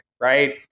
right